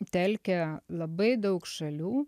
telkia labai daug šalių